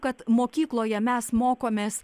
kad mokykloje mes mokomės